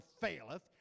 faileth